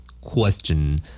Question